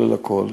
כולל הכול,